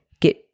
get